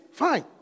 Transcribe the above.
fine